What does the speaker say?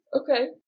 Okay